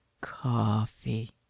Coffee